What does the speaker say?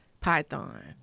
python